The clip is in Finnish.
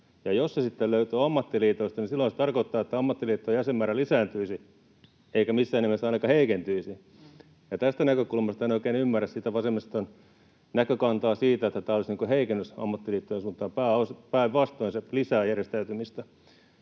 sitten löytyy ammattiliitoista, niin silloin se tarkoittaa, että ammattiliittojen jäsenmäärä lisääntyisi eikä missään nimessä ainakaan heikentyisi. Tästä näkökulmasta en oikein ymmärrä vasemmiston näkökantaa siitä, että tämä olisi heikennys ammattiliittojen suuntaan — päinvastoin, se lisää järjestäytymistä.